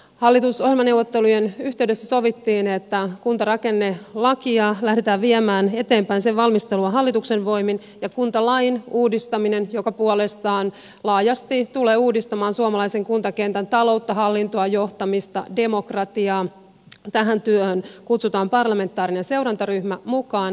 hallitusohjelmaneuvottelujen yhteydessä sovittiin että kuntarakennelain valmistelua lähdetään viemään eteenpäin hallituksen voimin ja kuntalain uudistamistyöhön joka puolestaan laajasti tulee uudistamaan suomalaisen kuntakentän taloutta hallintoa johtamista ja demokratiaa kutsutaan parlamentaarinen seurantaryhmä mukaan